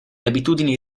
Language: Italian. abitudini